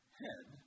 head